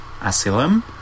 Asylum